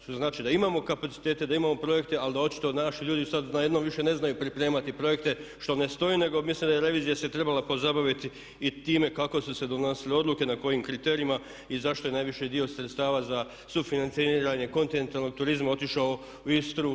Što znači da imamo kapacitete, da imamo projekte ali da očito naši ljudi sad najednom više ne znaju pripremati projekte što ne stoji nego mislim da je revizija se trebala pozabaviti i time kako su se donosile odluke, na kojim kriterijima i zašto je najviši dio sredstava za sufinanciranje kontinentalnog turizma otišao u Istru.